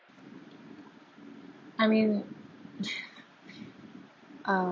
I mean